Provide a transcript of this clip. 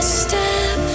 step